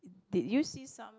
did you see some